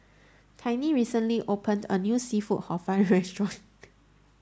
Tiney recently opened a new Seafood Hor Fun restaurant